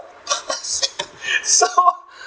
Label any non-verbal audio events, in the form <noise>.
<laughs> so